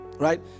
right